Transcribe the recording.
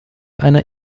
einer